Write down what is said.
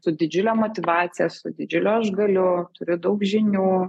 su didžiule motyvacija su didžiuliu aš galiu turiu daug žinių